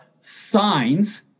signs